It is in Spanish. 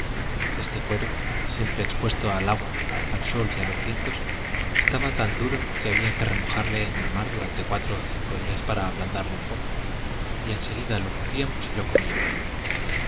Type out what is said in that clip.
este cuero siempre expuesto al agua al sol y a los vientos estaba tan duro que había que remojarle en el mar durante cuatro o cinco días para ablandarle un poco y en seguida lo cocíamos y lo comíamos